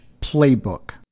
playbook